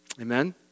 Amen